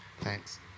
Thanks